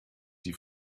die